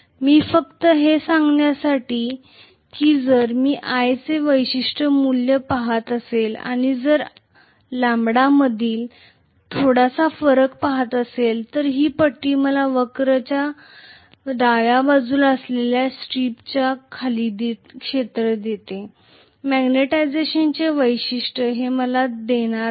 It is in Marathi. मी फक्त हे सांगण्यासाठी की जर मी i चे विशिष्ट मूल्य पहात असेल आणि जर मी λ मधील थोडासा फरक पाहत असेल तर ही पट्टी मला वक्र च्या डाव्या बाजूला असलेल्या स्ट्रिपच्या खाली मॅग्नेटिझेशन वैशिष्ट्य क्षेत्र देते